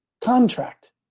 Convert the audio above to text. Contract